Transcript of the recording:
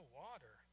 water